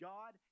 God